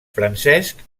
francesc